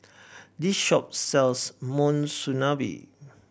this shop sells Monsunabe